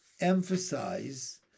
emphasize